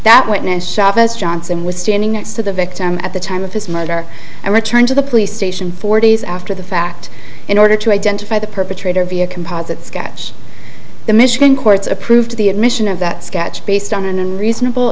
that witness chavez johnson was standing next to the victim at the time of his murder and returned to the police station four days after the fact in order to identify the perpetrator via composite sketch the michigan courts approved the admission of that sketch based on an unreasonable